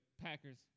Packers